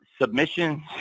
submissions